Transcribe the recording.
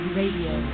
Radio